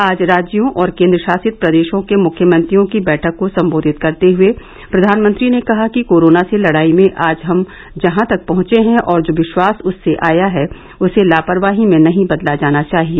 आज राज्यों और केन्द्रशासित प्रदेशों के मुख्यमंत्रियों की बैठक को संबोधित करते हुए प्रधानमंत्री ने कहा कि कोरोना से लड़ाई में आज हम जहां तक पहुंचे हैं और जो विश्वास उससे आया है उसे लापरवाही में नहीं बदला जाना चाहिए